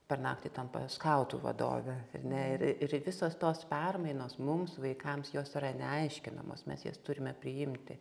per naktį tampa skautų vadove ar ne ir ir visos tos permainos mums vaikams jos yra neaiškinamos mes jas turime priimti